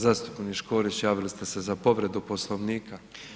Zastupnik Škorić, javili ste se za povredu Poslovnika.